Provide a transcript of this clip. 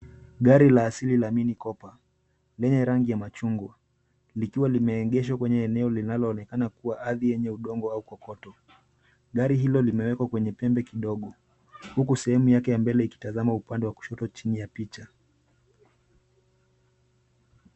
Gari la asili la Mini Cooper lenye rangi ya machungwa, likiwa limeegeshwa kwenye eneo linaloonekana kuwa ardhi yenye udongo au kokoto. Gari hilo limewekwa kwenye pembe kidogo, huku sehemu yake ya mbele ikitazama upande wa kushoto chini ya picha.